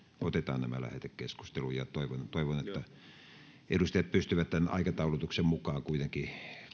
otetaan nämä lähetekeskusteluun ja toivon että edustajat pystyvät tämän aikataulutuksen mukaan kuitenkin